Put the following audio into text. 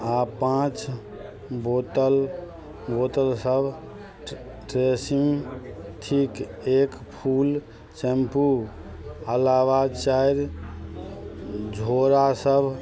आओर पाँच बोतल बोतल सब ट्रेसिन्ग थिक एक फुल शैम्पू अलावा चारि झोरा सब